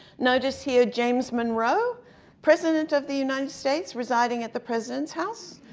notice here james monroe president of the united states residing at the president's house,